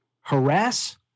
harass